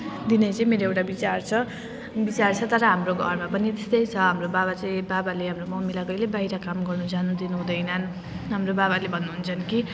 दिने चाहिँ मेरो एउटा विचार छ विचार छ तर हाम्रो घरमा पनि त्यस्तै छ हाम्रो बाबा चाहिँ बाबाले हाम्रो मम्मीलाई कहिल्यै बाहिर काम गर्नु जानु दिनुहुँदैन हाम्रो बाबाले भन्नुहुन्छ कि